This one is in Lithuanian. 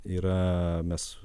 yra mes